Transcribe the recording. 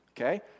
okay